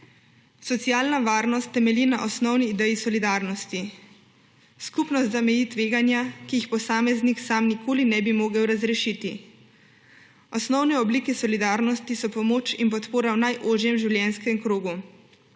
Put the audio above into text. Socialna varnost temelji na osnovni ideji solidarnosti. Skupnost zameji tveganja, ki jih posameznik sam nikoli ne bi mogel razrešiti. Osnovne oblike solidarnosti so pomoč in podpora v najožjem življenjskem krogu